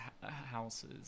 houses